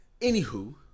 Anywho